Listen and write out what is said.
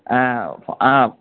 ஆ ஆ